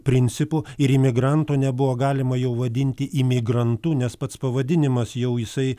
principu ir imigranto nebuvo galima jau vadinti imigrantu nes pats pavadinimas jau jisai